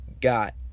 got